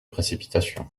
précipitation